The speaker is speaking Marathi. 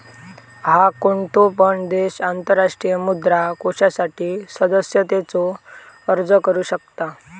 हा, कोणतो पण देश आंतरराष्ट्रीय मुद्रा कोषासाठी सदस्यतेचो अर्ज करू शकता